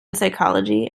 psychology